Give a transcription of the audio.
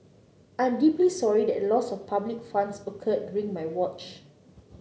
I am deeply sorry that a loss of public funds occurred during my watch